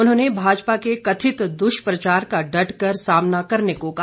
उन्होंने भाजपा के कथित दुष्प्रचार का डटकर सामना करने को कहा